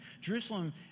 Jerusalem